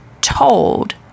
told